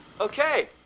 Okay